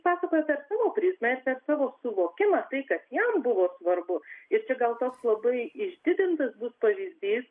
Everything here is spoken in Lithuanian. pasakoja per savo prizmę ir per savo suvokimą tai kas jam buvo svarbu ir čia gal toks labai išdidintas bus pavyzdys